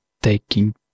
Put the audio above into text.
Taking